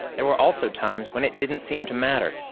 there were also times when it didn't seem to matter,